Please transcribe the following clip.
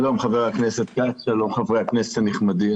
שלום חבר הכנסת כץ, שלום חברי הכנסת הנכבדים,